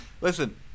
Listen